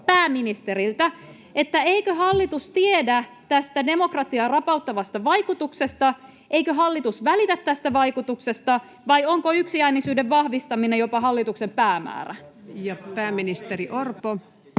pääministeriltä: Eikö hallitus tiedä tästä demokratiaa rapauttavasta vaikutuksesta? Eikö hallitus välitä tästä vaikutuksesta? Vai onko yksiäänisyyden vahvistaminen jopa hallituksen päämäärä? [Ben Zyskowicz: